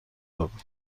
دادند